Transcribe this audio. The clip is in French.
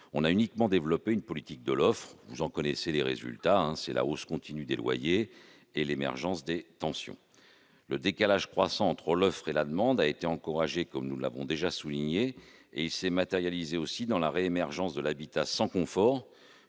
on a uniquement développé une politique de l'offre. Vous en connaissez les résultats : hausse continue des loyers et émergence des tensions. Le décalage croissant entre l'offre et la demande a été encouragé, comme nous l'avons déjà souligné. Il s'est également matérialisé dans la réémergence de l'habitat sans confort,